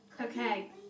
Okay